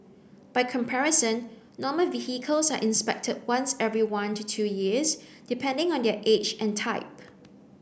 by comparison normal vehicles are inspected once every one to two years depending on their age and type